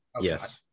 Yes